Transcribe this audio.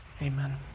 Amen